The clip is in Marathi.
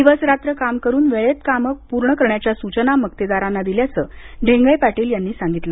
दिवस रात्र काम करून वेळेत काम पूर्ण करण्याच्या सूचना मक्तेदाराना दिल्याचं ढेंगळे पाटील यांनी सांगितलं